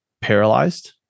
paralyzed